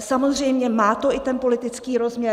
Samozřejmě má to i ten politický rozměr.